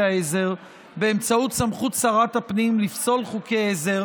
העזר באמצעות סמכות שרת הפנים לפסול חוקי עזר